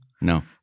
No